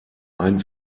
ein